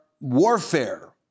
warfare